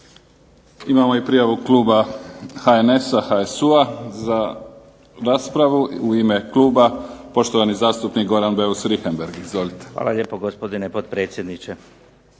Imamo i prijavu kluba HNS-a, HSU-a za raspravu u ime kluba poštovani zastupnik Goran Beus Richembergh. **Beus Richembergh,